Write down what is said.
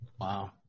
Wow